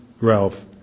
Ralph